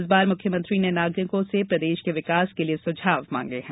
इस बार मुख्यमंत्री ने नागरिकों से प्रदेश के विकास के लिये सुझाव मांगे हैं